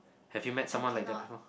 have you met someone like that before